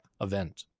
event